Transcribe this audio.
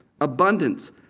abundance